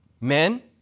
Men